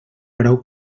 preu